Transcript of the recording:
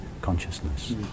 consciousness